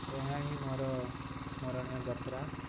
ତ ଏହାହିଁ ମୋର ସ୍ମରଣୀୟ ଯାତ୍ରା